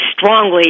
strongly